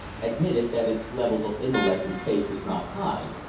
admitted that its level of intellect and taste was not high,